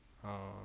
oh